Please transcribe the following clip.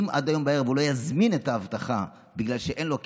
אם עד היום בערב הוא לא יזמין את האבטחה בגלל שאין לו כסף,